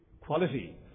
quality